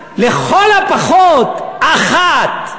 אבל לכל הפחות אחת.